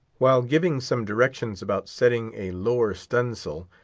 while giving some directions about setting a lower stu'n'-sail,